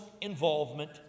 involvement